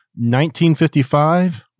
1955